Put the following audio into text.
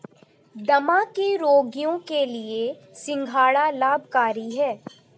दमा के रोगियों के लिए सिंघाड़ा लाभकारी है